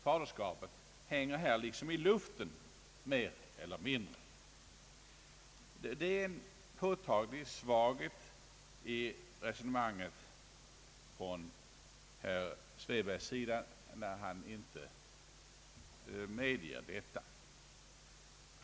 Faderskapet hänger här mer eller mindre i luften. Det är en påtaglig svaghet i herr Svedbergs resonemang, när han inte medger detta.